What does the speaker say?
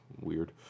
weird